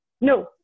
No